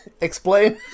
Explain